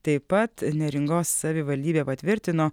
taip pat neringos savivaldybė patvirtino